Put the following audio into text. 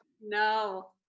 no